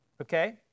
Okay